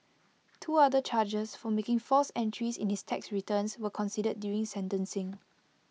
two other charges for making false entries in his tax returns were considered during sentencing